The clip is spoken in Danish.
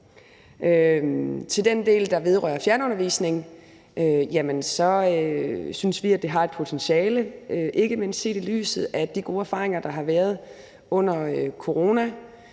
Til den del, der vedrører fjernundervisning, vil jeg sige, at vi synes, det har et potentiale, ikke mindst set i lyset af de gode erfaringer, der har været under corona.